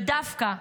ודווקא,